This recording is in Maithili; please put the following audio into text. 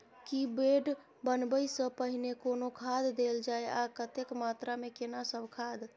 की बेड बनबै सॅ पहिने कोनो खाद देल जाय आ कतेक मात्रा मे केना सब खाद?